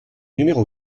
numéro